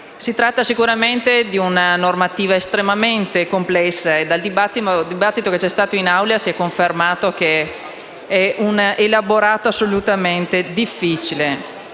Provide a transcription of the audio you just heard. Si tratta sicuramente di una normativa estremamente complessa e il dibattito che c'è stato in Assemblea ha confermato che si tratta di un elaborato assolutamente difficile.